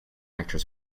actress